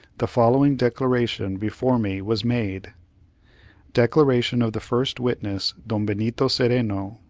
the following declaration before me was made declaration of the first witness, don benito cereno.